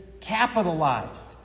capitalized